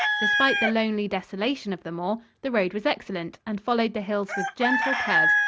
despite the lonely desolation of the moor, the road was excellent, and followed the hills with gentle curves,